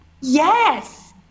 yes